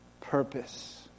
purpose